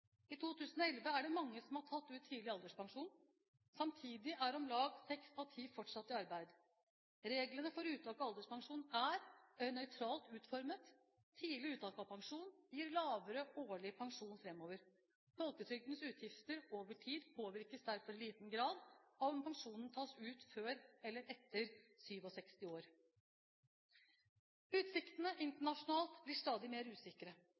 I 2011 er det mange som har tatt ut tidlig alderspensjon. Samtidig er om lag seks av ti fortsatt i arbeid. Reglene for uttak av alderspensjon er nøytralt utformet; tidlig uttak av pensjon gir lavere årlig pensjon framover. Folketrygdens utgifter over tid påvirkes derfor i liten grad av om pensjonen tas ut før eller etter 67 år. Utsiktene internasjonalt blir stadig mer usikre.